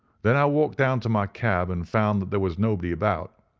then i walked down to my cab and found that there was nobody about,